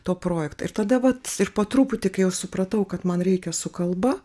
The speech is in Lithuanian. to projekto ir tada vat ir po truputį kai jau supratau kad man reikia su kalba